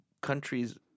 countries